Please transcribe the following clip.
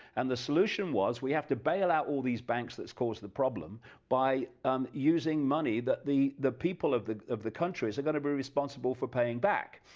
and the solution was, we have to bail out all these banks that caused the problem by um using money, that the the people of the of the countries are going to be responsible for paying back,